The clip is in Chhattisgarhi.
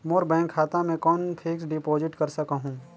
मोर बैंक खाता मे कौन फिक्स्ड डिपॉजिट कर सकहुं?